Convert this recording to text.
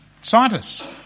scientists